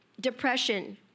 Depression